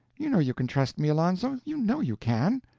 you know you can trust me, alonzo you know, you can.